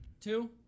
two